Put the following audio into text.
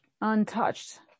untouched